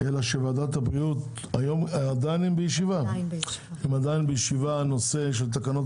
אלא שוועדת הבריאות עדיין בדיון על תקנות